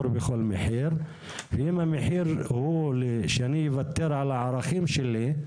אם המחיר הוא שאני אוותר על הערכים שלי,